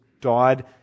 died